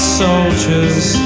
soldiers